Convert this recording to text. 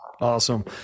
Awesome